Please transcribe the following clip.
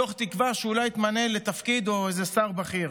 מתוך תקווה שאולי יתמנה לתפקיד או איזה שר בכיר,